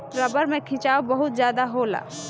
रबड़ में खिंचाव बहुत ज्यादा होला